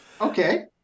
okay